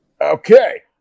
Okay